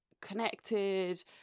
connected